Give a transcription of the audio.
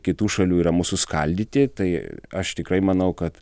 kitų šalių yra mus suskaldyti tai aš tikrai manau kad